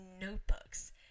notebooks